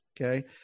okay